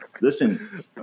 listen